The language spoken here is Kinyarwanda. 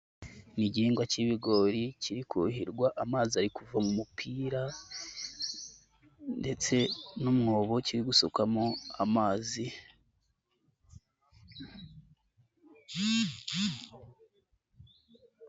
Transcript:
Ni igihingwa k'ibigori kiri kuhirwa, amazi ari kuva mu mupira ndetse n'umwobo kiri gusukamo amazi.